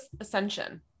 ascension